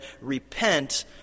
Repent